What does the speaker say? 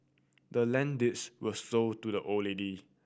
the land deeds was sold to the old lady